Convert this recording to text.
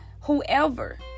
whoever